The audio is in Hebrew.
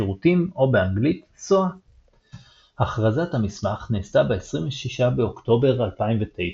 שירותים או באנגלית SOA. הכרזת המסמך נעשתה ב 26 באוקטובר 2009,